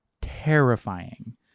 terrifying